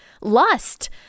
lust